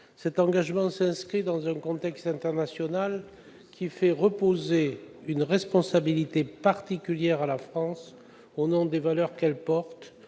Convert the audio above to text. Cet engagement s'inscrit dans un contexte international qui fait peser une responsabilité particulière sur la France, en tant que membre